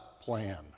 plan